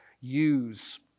use